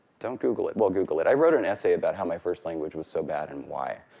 don't google it. well, google it. i wrote an essay about how my first language was so bad and why.